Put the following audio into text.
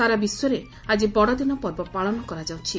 ସାରା ବିଶ୍ୱରେ ଆଜି ବଡଦିନ ପର୍ବ ପାଳନ କରାଯାଉଛି